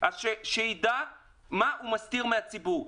אז שנדע מה הוא מסתיר מהציבור.